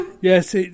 Yes